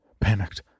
Panicked